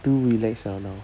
too relax liao now